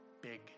big